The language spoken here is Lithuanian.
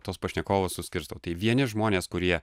tuos pašnekovus suskirstau tai vieni žmonės kurie